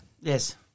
Yes